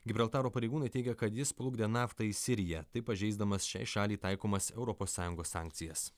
gibraltaro pareigūnai teigia kad jis plukdė naftą į siriją taip pažeisdamas šiai šaliai taikomas europos sąjungos sankcijas